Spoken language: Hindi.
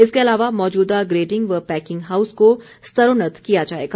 इसके अलावा मौजूदा ग्रेडिंग व पैकिंग हाऊस को स्तरोन्नत किया जाएगा